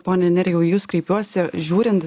pone nerijau į jus kreipiuosi žiūrint